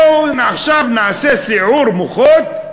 בואו עכשיו נעשה סיעור מוחות,